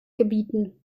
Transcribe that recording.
gebieten